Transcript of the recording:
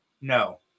No